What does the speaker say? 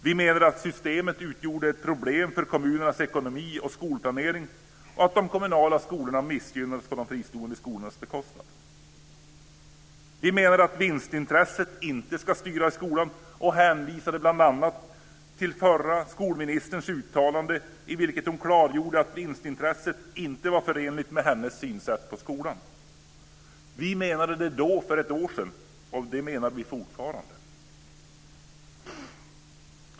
Vi menade att systemet utgjorde ett problem för kommunernas ekonomi och skolplanering och att de kommunala skolorna missgynnades på de fristående skolornas bekostnad. - Vi menade att vinstintresset inte ska styra skolan och hänvisade bl.a. till förra skolministerns uttalande i vilket hon klargjorde att vinstintresset inte var förenligt med hennes sätt att se på skolan. Detta ansåg vi för ett år sedan, och det gör vi fortfarande.